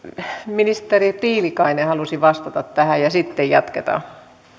ministeri tiilikainen halusi vastata tähän ja sitten jatketaan